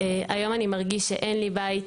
"היום אני מרגיש שאין לי בית,